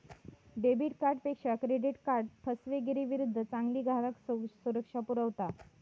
debit कार्डपेक्षा credit card फसवेगिरीविरुद्ध चांगली ग्राहक सुरक्षा पुरवता